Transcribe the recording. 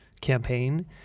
campaign